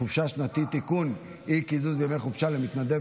חופשה שנתית (תיקון אי-קיזוז ימי חופשה למתנדב